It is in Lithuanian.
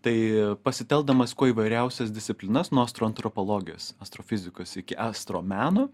tai pasitelkdamas kuo įvairiausias disciplinas nuo astroantropologijos astrofizikos iki astromeno